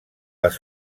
les